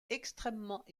extrêmement